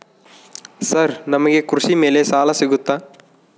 Sir ನಮಗೆ ಕೃಷಿ ಮೇಲೆ ಸಾಲ ಸಿಗುತ್ತಾ?